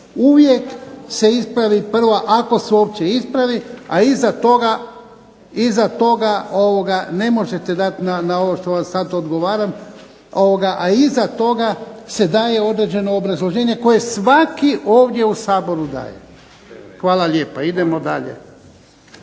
ovo što vam sada odgovaram, a iza toga se daje određeno obrazloženje koje svaki ovdje u SAboru daje. Hvala lijepa. Idemo dalje.